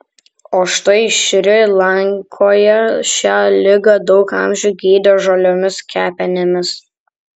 o štai šri lankoje šią ligą daug amžių gydė žaliomis kepenimis